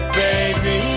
baby